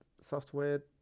Software